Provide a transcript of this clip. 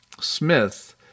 Smith